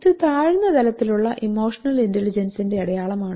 ഇത് താഴ്ന്ന തലത്തിലുള്ള ഇമോഷണൽ ഇന്റലിജൻസിന്റെ അടയാളമാണ്